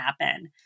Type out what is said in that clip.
happen